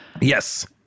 Yes